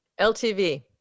LTV